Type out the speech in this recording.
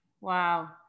wow